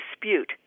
dispute